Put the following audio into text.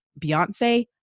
Beyonce